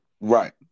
right